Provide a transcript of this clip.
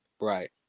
Right